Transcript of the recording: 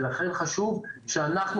ולכן חשוב שאנחנו,